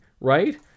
right